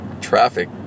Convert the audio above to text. traffic